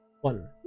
one